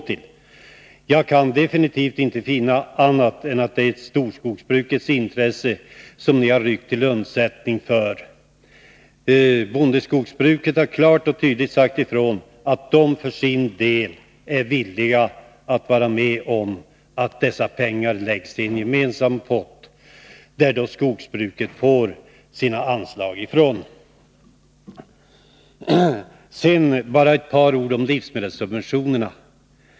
Men jag kan absolut inte finna annat än att det är storskogsbruket som ni ryckt ut till undsättning för. Bondeskogsbruket har klart och tydligt sagt ifrån att man för sin del är villig att vara med om att dessa pengar läggs i en gemensam pott som skogsbruket får sina anslag från. Sedan bara ett par ord om livsmedelssubventionerna.